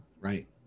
Right